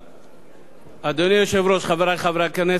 אדוני היושב-ראש, חברי חברי הכנסת, מכובדי השרים,